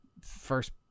first-